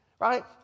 right